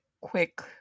quick